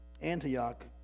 Antioch